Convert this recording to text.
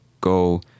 go